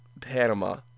Panama